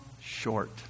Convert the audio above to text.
short